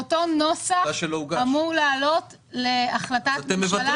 אותו נוסח אמור לעלות להחלטת ממשלה.